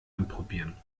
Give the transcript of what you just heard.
anprobieren